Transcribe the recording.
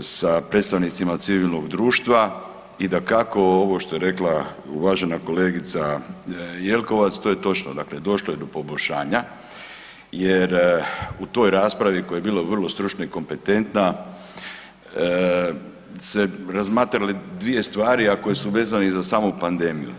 sa predstavnicima civilnog društva i dakako ovo što je rekla uvažena kolegica Jelkovac, to je točno, dakle došlo je do poboljšanja jer u toj raspravi koja je bila vrlo stručna i kompetentna se razmatrale dvije stvari, a koje su vezane i za samu pandemiju.